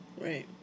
Right